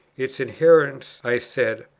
its adherents, i said,